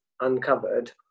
uncovered